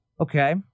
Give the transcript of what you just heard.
Okay